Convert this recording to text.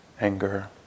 anger